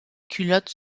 culottes